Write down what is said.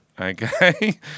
Okay